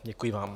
Děkuji vám.